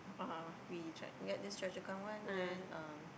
uh we tried get this Chua-Chu-Kang one then um